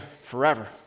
forever